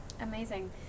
Amazing